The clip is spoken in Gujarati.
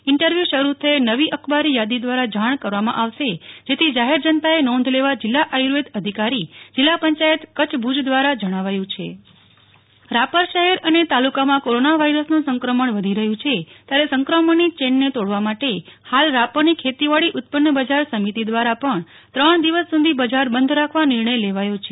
ઈન્ટરવ્યુ શરૂ થયે નવી અખબારી યાદી દ્વારા જાણ કરવામાં આવશે જેથી જાહેર જનતાએ નોંધ લેવા જિલ્લા આયુ ર્વેદ અધિકારી જિલ્લા પંચાયત કચ્છ ભુજ દ્વારા જણાવાયું છે નેહ્લ ઠક્કર રાપર એપીએમસી રાપર શહેર અને તાલુકામાં કોરોના વાયરસનું સંક્રમણવધ્યુ છે ત્યારે સંક્રમણની ચેનને તોડવા માટે હાલ રાપરની ખેતીવાડી ઉત્પન્ન બજાર સમિતિ દ્વારા પણ ત્રણ દિવસ સુધી બજાર બંધ રાખવા નિર્ણય લેવાયો છે